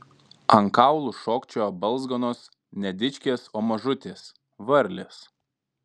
ant kaulų šokčiojo balzganos ne dičkės o mažutės varlės